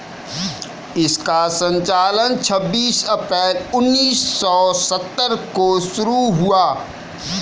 इसका संचालन छब्बीस अप्रैल उन्नीस सौ सत्तर को शुरू हुआ